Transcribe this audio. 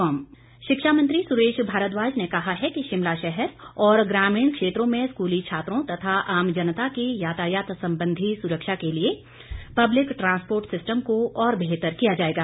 भारद्वाज शिक्षा मंत्री सुरेश भारद्वाज ने कहा है कि शिमला शहर और ग्रामीण क्षेत्रों में स्कूली छात्रों तथा आम जनता की यातायात संबंधी सुरक्षा के लिए पब्लिक ट्रांसपोर्ट सिस्टम को और बेहतर किया जाएगा